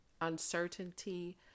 uncertainty